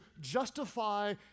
justify